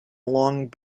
long